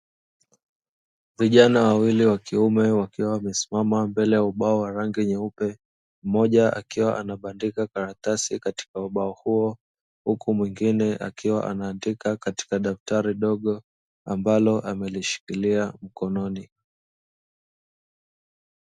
Vijana wawili wa kiume wakiwa wamesimama mbele ya ubao wa rangi nyeupe moja, akiwa anabadilika karatasi katika ubao huo huku mwingine akiwa anaandika katika daftari dogo ambalo amelishikilia mkononi.